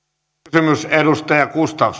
arvoisa